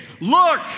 Look